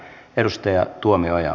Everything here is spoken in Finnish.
herra puhemies